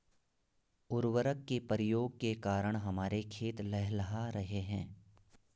उर्वरक के प्रयोग के कारण हमारे खेत लहलहा रहे हैं